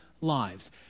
lives